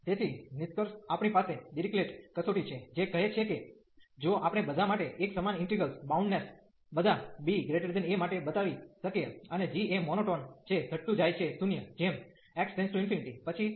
તેથી નિષ્કર્ષ આપણી પાસે ડિરીક્લેટ કસોટી છે જે કહે છે કે જો આપણે બધા માટે એકસમાન ઇન્ટિગ્રેલ્સ બાઉન્ડનેસ બધા ba માટે બતાવી શકીએ અને g એ મોનોટોન છે ઘટતું જાય છે 0 જેમ x→∞